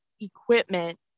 equipment